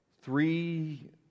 Three